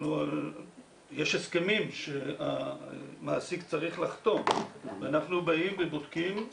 יש הסכמים שהמעסיק צריך לחתום ואנחנו באים ובודקים.